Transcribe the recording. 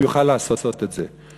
הוא יוכל לעשות את זה.